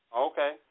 Okay